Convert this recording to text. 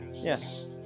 Yes